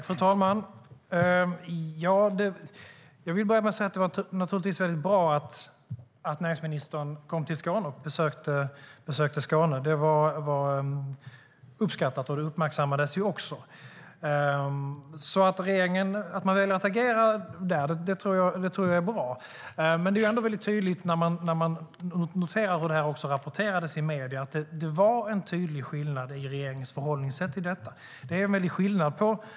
Fru talman! Jag vill börja med att säga att det naturligtvis var mycket bra att näringsministern besökte Skåne. Det var uppskattat, och det uppmärksammades också. Att regeringen väljer att agera är bra, men när man tittar på hur det rapporterades i medierna ser man att det var en tydlig skillnad i regeringens förhållningssätt. Det är en väldig skillnad på rubrikerna.